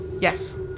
Yes